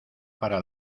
para